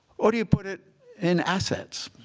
or do you put it in assets?